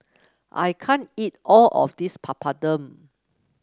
I can't eat all of this Papadum